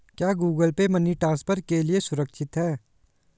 क्या Google Pay money transfer के लिए सुरक्षित है?